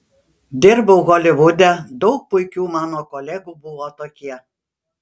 dirbau holivude daug puikių mano kolegų buvo tokie